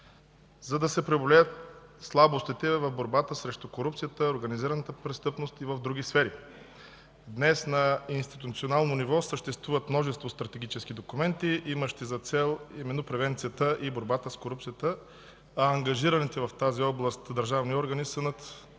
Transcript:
за да се преодолеят слабостите в борбата срещу корупцията, организираната престъпност и в други сфери. Днес на институционално ниво съществуват множество стратегически документи, имащи за цел именно превенцията и борбата с корупцията, а ангажираните в тази област държавни органи са над